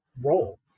role